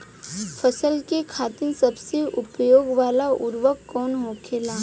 फसल के खातिन सबसे उपयोग वाला उर्वरक कवन होखेला?